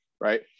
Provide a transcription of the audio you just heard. right